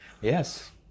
Yes